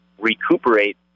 recuperate